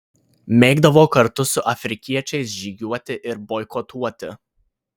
mėgdavo kartu su afrikiečiais žygiuoti ir boikotuoti